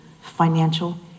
financial